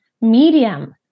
medium